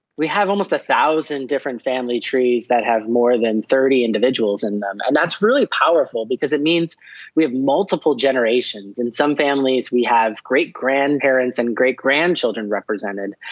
we have almost a thousand different family trees that have more than thirty individuals in them. and that's really powerful, because it means we have multiple generations. in some families we have great-grandparents and great-grandchildren represented.